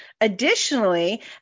Additionally